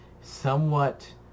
somewhat